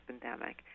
pandemic